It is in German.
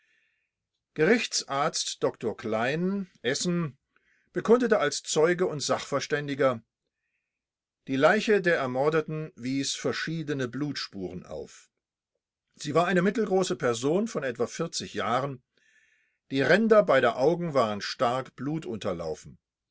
gerichtsarzt dr klein essen bekundete als zeuge und sachverständiger die leiche der ermordeten wies verschiedene blutspuren auf sie war eine mittelgroße person von etwa vierzig jahren die ränder beider augen waren stark